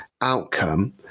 outcome